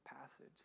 passage